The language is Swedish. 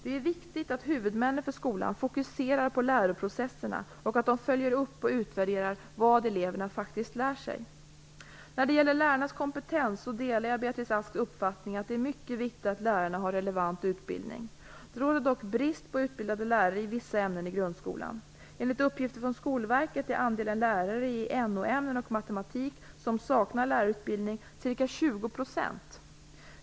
Det är viktigt att huvudmännen för skolan fokuserar på läroprocesserna och att de följer upp och utvärderar vad eleverna faktiskt lär sig. När det gäller lärarnas kompetens delar jag Beatrice Asks uppfattning att det är mycket viktigt att lärarna har relevant utbildning. Det råder dock brist på utbildade lärare i vissa ämnen i grundskolan. Enligt uppgifter från Skolverket är andelen lärare i NO ämnen och matematik som saknar lärarutbildning ca 20 %.